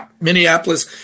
Minneapolis